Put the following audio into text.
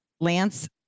Lance